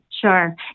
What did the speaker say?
Sure